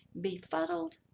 befuddled